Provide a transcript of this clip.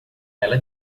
ela